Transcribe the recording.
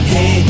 Hey